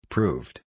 Proved